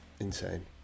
Insane